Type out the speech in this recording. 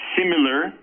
similar